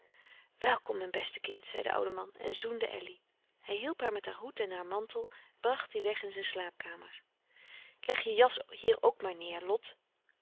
welkom mijn beste kind zei de oude man en zoende elly hij hielp haar met haar hoed en haar mantel bracht die weg in zijn slaapkamer leg je jas hier ook maar neêr lot